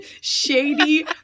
shady